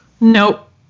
Nope